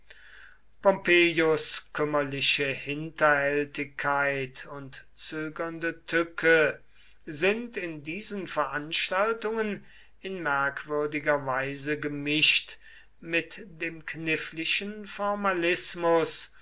kümmerliche hinterhältigkeit und zögernde tücke sind in diesen veranstaltungen in merkwürdiger weise gemischt mit dem knifflichen formalismus